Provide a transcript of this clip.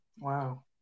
Wow